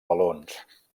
valons